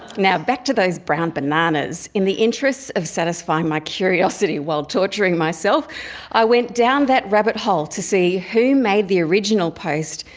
now back to the brown bananas. in the interests of satisfying my curiosity while torturing myself i went down that rabbit hole to see who made the original post,